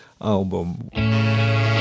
album